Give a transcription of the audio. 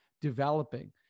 developing